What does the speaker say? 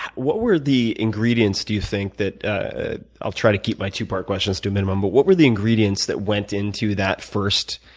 what were the ingredients, do you think, that ah i'll try to keep my two-part questions to a minimum, but what were the ingredients that went into that first